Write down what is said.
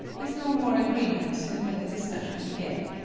with no more agreement than when the discussion began.